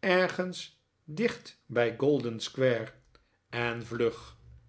ergens dicht bij golden square en vlug